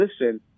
listen